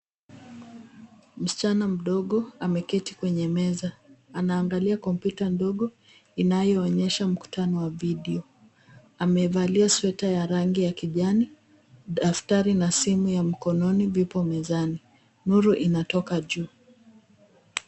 Msichana mdogo ameketi kwenye meza. Anaangalia kompyuta ndogo inayoonyesha mkutano wa video. Amevalia sweta ya rangi ya kijani, daftari na simu ya mkononi vipo mezani. Nuru inatoka juu.